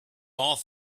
all